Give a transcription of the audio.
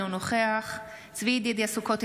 אינו נוכח צבי ידידיה סוכות,